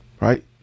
right